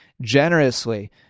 generously